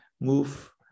move